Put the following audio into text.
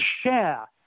share